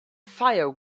fire